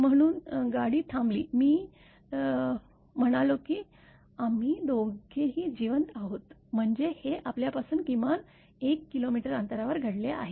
म्हणून गाडी थांबली मी म्हणालो की आम्ही दोघेही जिवंत आहोत म्हणजे हे आपल्यापासून किमान १ किलोमीटर अंतरावर घडले आहे